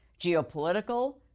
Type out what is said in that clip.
geopolitical